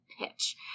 pitch